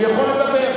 הוא יכול לדבר.